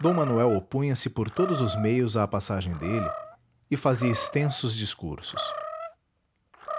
d manuel opunha se por todos os meios à passagem dele e fazia extensos discursos